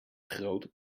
grote